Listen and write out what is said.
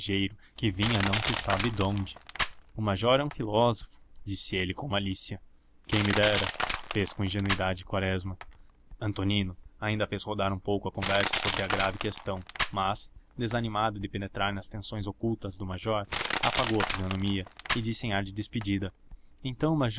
estrangeiro que vinha não se sabe donde o major é um filósofo disse ele com malícia quem me dera fez com ingenuidade quaresma antonino ainda fez rodar um pouco a conversa sobre a grave questão mas desanimado de penetrar nas tenções ocultas do major apagou a fisionomia e disse em ar de despedida então